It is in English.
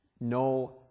No